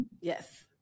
Yes